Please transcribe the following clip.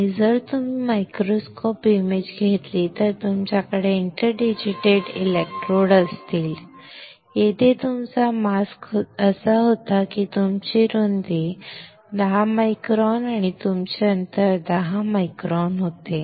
आणि जर तुम्ही मायक्रोस्कोप इमेज घेतली तर तुमच्याकडे इंटरडिजिटेटेड इलेक्ट्रोड्स असतील येथे तुमचा मास्क असा होता की तुमची रुंदी 10 मायक्रॉन आणि तुमचे अंतर 10 मायक्रॉन होते